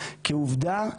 כי עובדה,